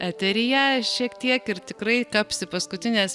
eteryje šiek tiek ir tikrai kapsi paskutinės